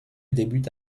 débute